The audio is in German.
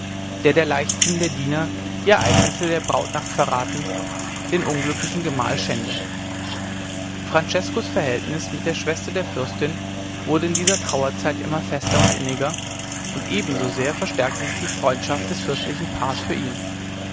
der der leichtsinn der diener die ereignisse der brautnacht verraten den unglücklichen gemahl schände franceskos verhältnis mit der schwester der fürstin wurde in dieser trauerzeit immer fester und inniger und ebensosehr verstärkte sich die freundschaft des fürstlichen paars für ihn